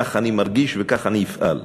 כך אני מרגיש וכך אפעל.